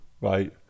Right